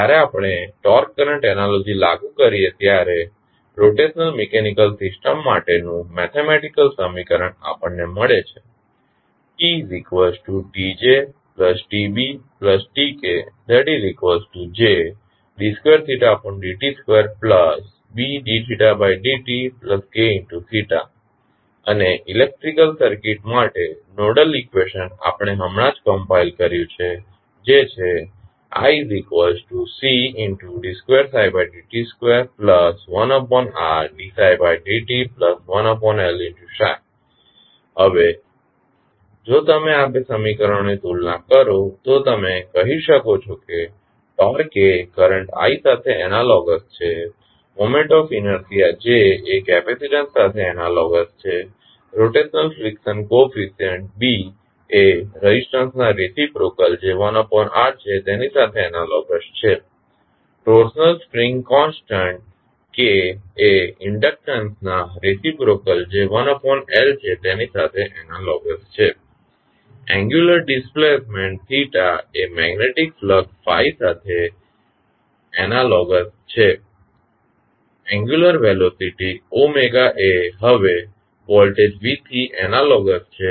જ્યારે આપણે torque current analogy લાગુ કરીએ છીએ ત્યારે રોટેશનલ મિકેનિકલ સિસ્ટમ માટેનું મેથીમેટીકલ સમીકરણ આપણને મળે છે અને ઇલેક્ટ્રિકલ સર્કિટ માટે નોડલ ઇક્વેશન આપણે હમણાં જ કમ્પાઇલ કર્યું છે જે છે હવે જો તમે આ બે સમીકરણોની તુલના કરો તો તમે કહી શકો છો કે ટોર્ક એ કરંટ i સાથે એનાલોગસ છે મોમેન્ટ ઓફ ઇનર્શીઆ J એ કેપેસીટંસ સાથે એનાલોગસ છે રોટેશનલ ફ્રીકશન કોફીશિયંટ B એ રેઝિસ્ટંસ ના રેસીપ્રોકલ જે 1R છે તેની સાથે એનાલોગસ છે ટોર્શનલ સ્પ્રિંગ કોનસ્ટંટ K એ ઇનડક્ટંસ ના રેસીપ્રોકલ જે 1L છે તેની સાથે એનાલોગસ છે એનગ્યુલર ડીસ્પ્લેસમેન્ટ એ મેગ્નેટીક ફલક્સ સાથે એનાલોગસ છે એનગ્યુલર વેલોસીટી એ હવે વોલ્ટેજ V થી એનાલોગસ છે